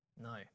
No